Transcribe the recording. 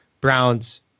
Brown's